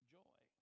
joy